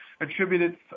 attributed